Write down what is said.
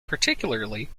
particularly